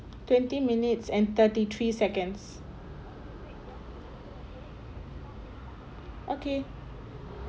twenty minutes and thirty three seconds okay